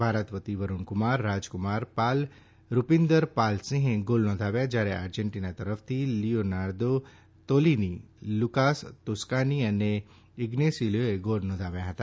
ભારત વતી વરૂણકુમાર રાજકુમાર પાલ રૂપીન્દર પાલસિંહે ગોલ નોંધાવ્યા શ્યારે અર્જેન્ટીના તરફથી લીઓનાર્દો તોલિની લુકાસ તોસ્કાની અને ઈઝેસીયોએ ગોલ નોંધાવ્યા હતા